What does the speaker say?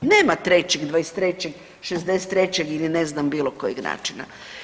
Nema 3, 23, 63 ili ne znam bilo kojeg načina.